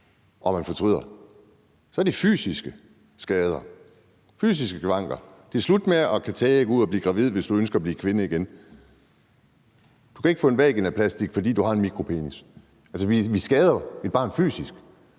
og man fortryder, så er det fysiske skader, fysiske skavanker. Det er slut med at kunne gå ud at blive gravid, hvis du ønsker at blive kvinde igen. Du kan ikke få en vaginalplastik, fordi du har en mikropenis. Altså, vi skader jo et barn fysisk,